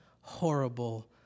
horrible